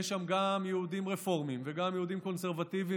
יש שם גם יהודים רפורמים וגם יהודים קונסרבטיבים,